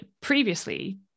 previously